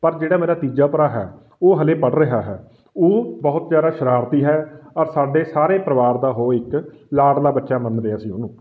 ਪਰ ਜਿਹੜਾ ਮੇਰਾ ਤੀਜਾ ਭਰਾ ਹੈ ਉਹ ਹਲੇ ਪੜ੍ਹ ਰਿਹਾ ਹੈ ਉਹ ਬਹੁਤ ਜ਼ਿਆਦਾ ਸ਼ਰਾਰਤੀ ਹੈ ਔਰ ਸਾਡੇ ਸਾਰੇ ਪਰਿਵਾਰ ਦਾ ਉਹ ਇੱਕ ਲਾਡਲਾ ਬੱਚਾ ਮੰਨਦੇ ਅਸੀਂ ਉਹਨੂੰ